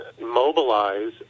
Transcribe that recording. mobilize